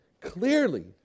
Clearly